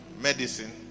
medicine